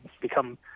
become